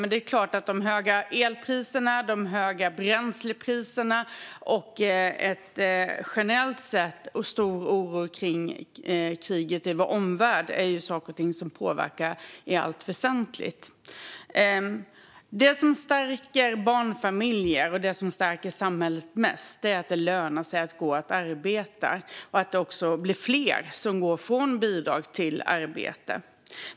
Men det är klart att de höga elpriserna, de höga bränslepriserna och en stor oro för kriget i vårt närområde också är saker som påverkar. Det som stärker barnfamiljer och samhälle mest är att det lönar sig att gå och arbeta och att fler går från bidrag till arbete.